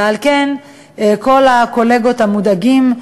ועל כן כל הקולגות המודאגים,